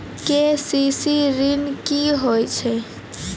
KCC ॠन की होय छै?